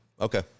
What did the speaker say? Okay